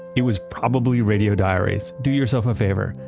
it was probably radio diaries. do yourself a favor.